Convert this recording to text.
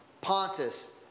Pontus